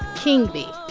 king b oh